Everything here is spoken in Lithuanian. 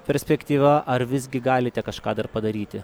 perspektyva ar visgi galite kažką dar padaryti